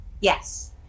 Yes